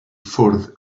ffwrdd